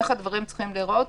איך הדברים צריכים להיראות,